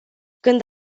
când